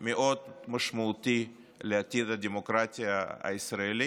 מאוד משמעותי לעתיד הדמוקרטיה הישראלית.